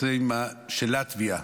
בסאימה של לטביה.